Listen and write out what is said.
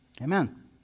amen